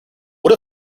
what